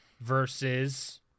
versus